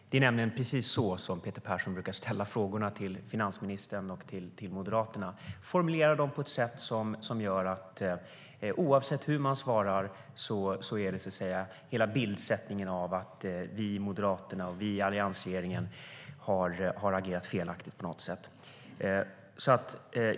Det är nämligen precis så som Peter Persson brukar ställa frågorna till finansministern och Moderaterna, formulera dem på ett sätt som gör att oavsett hur man svarar är hela bildsättningen att vi i Moderaterna och vi i alliansregeringen har agerat felaktigt på något sätt.